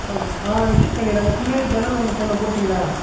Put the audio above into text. ஆ ஆ விசிட் பண்ணிடறேன் அந்த பின்னாடி ஜன்னல் ஒன்று போடணும் போட்டீங்களா